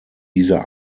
dieser